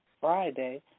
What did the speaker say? Friday